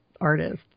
artist